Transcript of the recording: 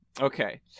Okay